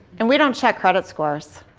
and we don't check credit scores.